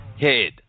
head